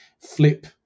flip